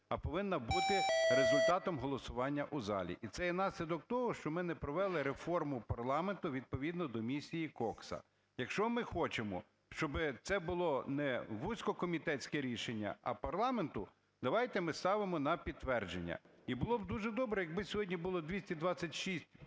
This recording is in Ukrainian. а повинна бути результатом голосування у залі. І це є наслідок того, що ми не провели реформу парламенту відповідно до місії Кокса. Якщо ми хочемо, щоб це було не вузькокомітетське рішення, а парламенту, давайте ми ставимо на підтвердження. І було б дуже добре, якби сьогодні було 226 правлячої